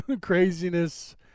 Craziness